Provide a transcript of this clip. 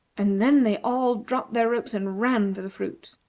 and then they all dropped their ropes, and ran for the fruit.